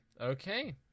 okay